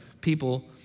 people